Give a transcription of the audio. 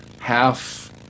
half